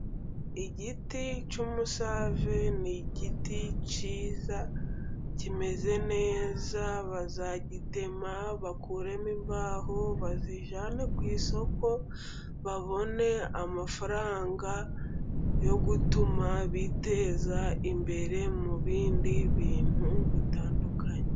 Igiti cy'umusave ni igiti cyiza. Kimeze neza, bazagitema bakuremo imbaho, bazijyane ku isoko, babone amafaranga, yo gutuma biteza imbere mu bindi bintu bitandukanye.